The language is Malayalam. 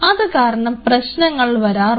അത് കാരണം പ്രശ്നങ്ങൾ വരാറുണ്ട്